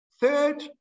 Third